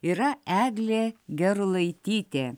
yra eglė gerulaitytė